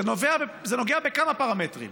זה נוגע בכמה פרמטרים.